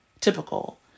Typical